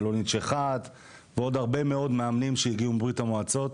ולאוניד --- ועוד הרבה מאוד מאמנים שהגיעו מברית המועצות.